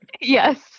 Yes